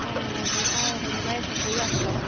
অঁ সেই অঁ সোমবাৰে সকলো আহে বাৰু